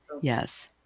yes